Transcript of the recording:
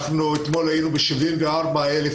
אתמול היינו עם 74 אלף